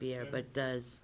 beer but does